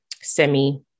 semi